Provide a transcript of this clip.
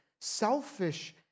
selfish